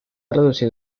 reducido